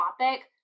topic